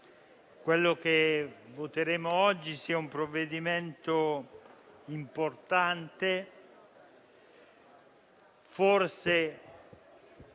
quello che voteremo oggi sia un provvedimento importante. Forse